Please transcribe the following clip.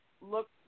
look –